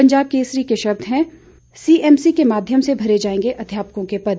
पंजाब केसरी के शब्द हैं एस एमसी के माध्यम से भरे जाएंगे अध्यापकों के पद